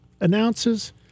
announces